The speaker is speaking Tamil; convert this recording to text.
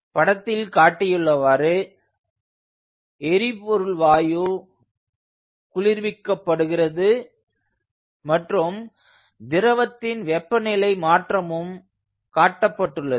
படத்தில் காட்டியுள்ளவாறு எரிபொருள் வாயு குளிர்விக்கப்படுகிறது மற்றும் திரவத்தின் வெப்பநிலை மாற்றமும் காட்டப்பட்டுள்ளது